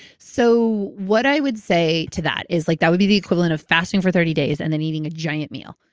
so what i would say to that is like that would be the equivalent of fasting for thirty days and then eating a giant meal.